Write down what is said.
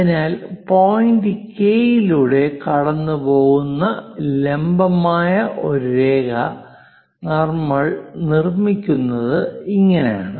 അതിനാൽ point K യിലൂടെ കടന്നുപോകുന്ന ലംബമായ ഒരു രേഖ നമ്മൾ നിർമ്മിക്കുന്നത് ഇങ്ങനെയാണ്